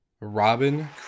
Robin